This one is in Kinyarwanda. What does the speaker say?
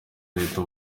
leta